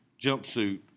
jumpsuit